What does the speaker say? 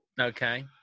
Okay